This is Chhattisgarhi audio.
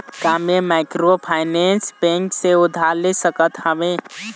का मैं माइक्रोफाइनेंस बैंक से उधार ले सकत हावे?